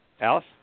Alice